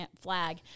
flag